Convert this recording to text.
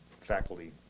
faculty